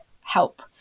help